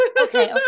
okay